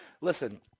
Listen